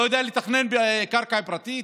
לא יודע לתכנן בקרקע פרטית?